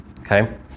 Okay